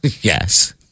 Yes